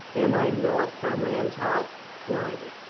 am i naught for a man's heart? try me,